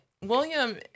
William